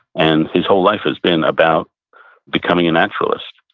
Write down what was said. and his whole life has been about becoming a naturalist.